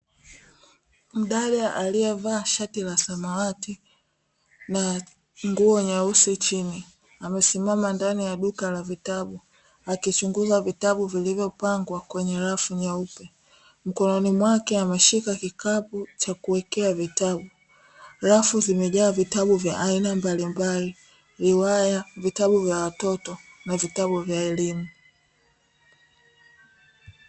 Mdada aliyevaa shati la samawati na nguo nyeusi chini, amesimama ndani ya duka la vitabu akichunguza vitabu vilivyopangwa kwenye rafu nyeupe, mkononi mwake ameshika kikapu cha kuwekea vitabu, rafu zimejaa vitabu vya aina mbalimbali riwaya, vitabu vya watoto na vitabu vya elimu.